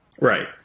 Right